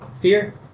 fear